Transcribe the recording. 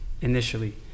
initially